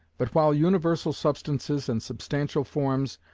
but while universal substances and substantial forms,